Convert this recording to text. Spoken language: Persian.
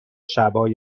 شبای